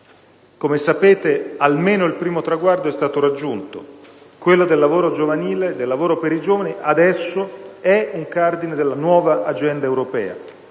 Come sapete, almeno un primo traguardo è stato raggiunto: quello del lavoro giovanile, del lavoro per i giovani, adesso è un cardine della nuova agenda europea.